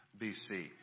BC